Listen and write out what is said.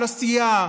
של עשייה,